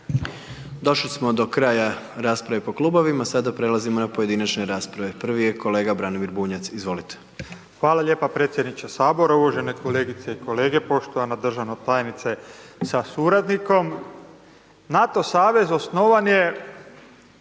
Došli smo do kraja rasprave po klubovima, sada prelazimo na pojedinačne rasprave. Prvi je kolega Branimir Bunjac, izvolite. **Bunjac, Branimir (Živi zid)** Hvala lijepa predsjedniče sabora, uvažene kolegice i kolege, poštovana državna tajnice sa suradnikom, NATO savez osnovan je